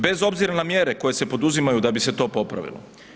Bez obzira na mjere koje se poduzimaju da bi se to popravilo.